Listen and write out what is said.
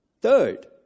Third